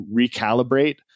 recalibrate